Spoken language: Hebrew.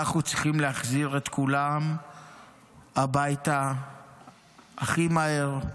אנחנו צריכים להחזיר את כולם הביתה הכי מהר,